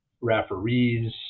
referees